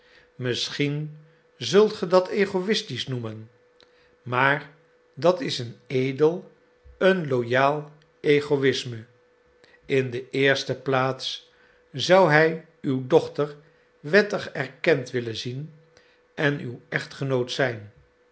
misschien zult ge dat egoïstisch noemen maar dat is een edel een loyaal egoïsme in de eerste plaats zou hij uw dochter wettig erkend willen zien en uw echtgenoot zijn